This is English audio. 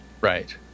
right